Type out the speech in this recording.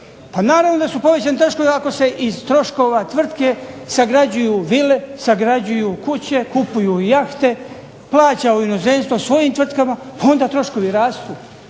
naravno da su povećani troškovi ako se iz troškova tvrtke sagrađuju vile, sagrađuju kuće, kupuju jahte, plaća u inozemstvo svojim tvrtkama, pa onda troškovi rastu.